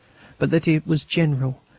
but that it was general,